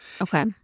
Okay